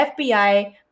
FBI